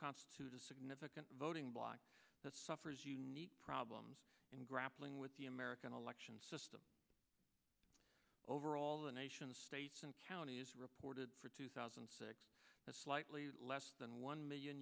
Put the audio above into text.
constitute a significant voting bloc that suffers unique problems in grappling with the american election system overall the nation states and counties reported for two thousand and six a slightly less than one million